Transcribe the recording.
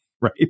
right